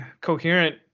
coherent